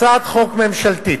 הצעת חוק ממשלתית.